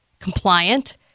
compliant